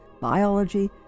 biology